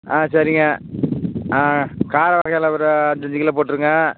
ஆ சரிங்க ஆ கார வகைகளில் ஒரு அஞ்சுஞ்சு கிலோ போட்டுருங்க